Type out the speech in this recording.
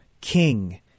king